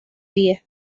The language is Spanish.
día